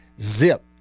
zip